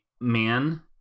man